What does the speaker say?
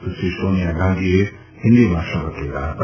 સુશ્રી સોનિયા ગાંધીએ હિન્દીમાં શપથ લીધા હતા